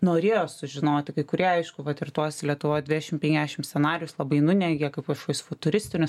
norėjo sužinoti kai kurie aišku vat ir tuos lietuvoj dvidešim penkiasdešim scenarijus labai nuneigė kaip kažkokius futuristinius